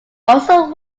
also